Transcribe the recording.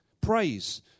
Praise